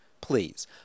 Please